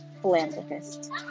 philanthropist